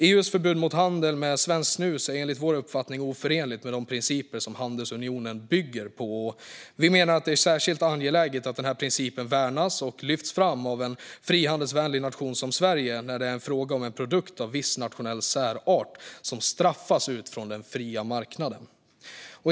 EU:s förbud mot handel med svenskt snus är enligt vår uppfattning oförenligt med de principer som handelsunionen bygger på. Vi menar att det är särskilt angeläget att denna princip värnas och lyfts fram av en frihandelsvänlig nation som Sverige när det gäller en produkt av nationell särart som straffas ut från den fria inre marknaden.